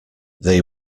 they